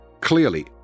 Clearly